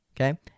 okay